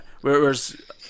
Whereas